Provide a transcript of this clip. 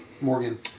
Morgan